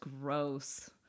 gross